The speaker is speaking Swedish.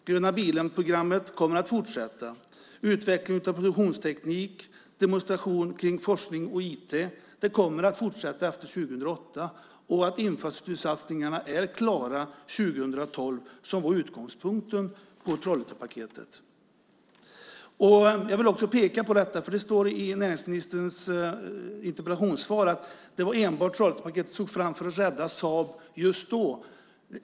Gröna bilen-programmet kommer att fortsätta. Utvecklingen av produktionsteknik och demonstration kring forskning och IT kommer att fortsätta efter 2008. Infrastruktursatsningarna är klara 2012, vilket var utgångspunkten för Trollhättepaketet. Jag vill peka på att det står i näringsministerns interpellationssvar att Trollhättepaketet togs fram enbart för att rädda Saab just då.